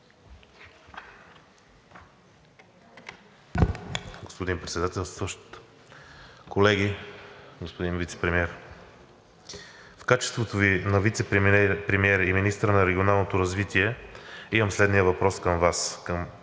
Господин председателстващ, колеги! Господин Вицепремиер, в качеството Ви на вицепремиер и министър на регионалното развитие имам следния въпрос към Вас.